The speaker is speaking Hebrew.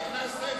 בבקשה.